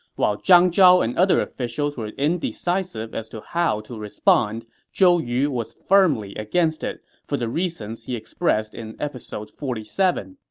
while zhang zhao and other officials were indecisive as to how to respond, zhou yu was firmly against it, for the reasons he expressed in episode forty seven.